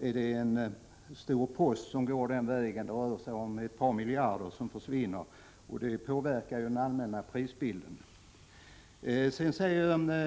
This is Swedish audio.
är det en stor post som går den vägen — det rör sig om ett par miljarder som försvinner, och detta påverkar den allmänna prisbilden.